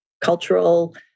cultural